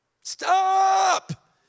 stop